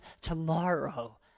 tomorrow